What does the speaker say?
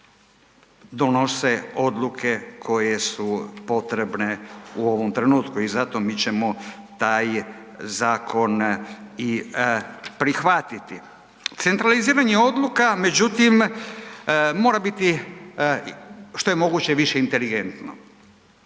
donose odluke koje su potrebne u ovom trenutku i zato mi ćemo taj zakon i prihvatiti. Centraliziranje odluka, međutim, mora biti što je moguće više inteligentno